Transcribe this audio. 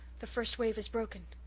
the first wave has broken.